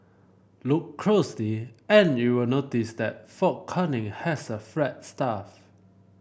look closely and you'll notice that Fort Canning has a flagstaff